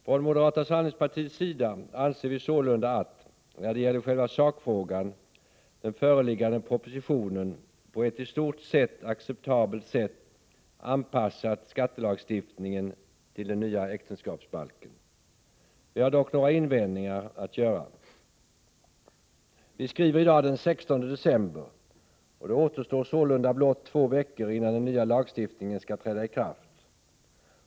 Från moderata samlingspartiets sida anser vi sålunda, när det gäller själva sakfrågan, att den föreliggande propositionen på ett i stort sett acceptabelt sätt anpassat skattelagstiftningen till den nya äktenskapsbalken. Vi har dock några invändningar att göra. Vi skriver i dag den 16 december, och det återstår sålunda blott två veckor innan den nya lagstiftningen skall träda i kraft.